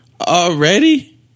Already